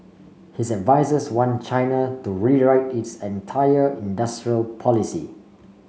his advisers want China to rewrite its entire industrial policy